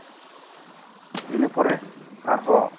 ᱤᱱᱟᱹ ᱯᱚᱨᱮ ᱟᱨᱦᱚᱸ